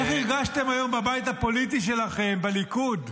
איך הרגשתם היום בבית הפוליטי שלכם בליכוד,